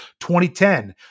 2010